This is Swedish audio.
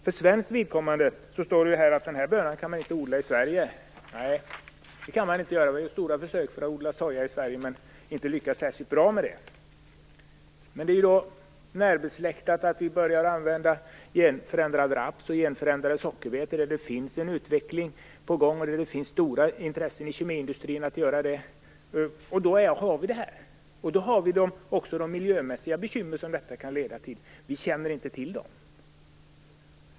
För svenskt vidkommande står det att bönan inte kan odlas i Sverige. Nej, det går inte. Det har gjorts stora försök att odla soja i Sverige, men det har inte lyckats särskilt bra. Det kan då ligga nära till hands att börja använda genförändrad raps och genförändrade sockerbetor. Det är en utveckling på gång, och det finns stora intressen i kemiindustrin för att göra det. Då har vi det här. Då har vi också de miljömässiga bekymmer som detta kan leda till. Vi känner inte till dem.